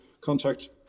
contact